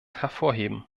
hervorheben